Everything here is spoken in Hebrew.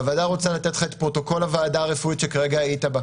והוועדה רוצה לתת לך את פרוטוקול הוועדה הרפואית שכרגע היית בה.